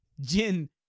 Jin